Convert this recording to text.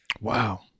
Wow